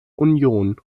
union